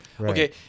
Okay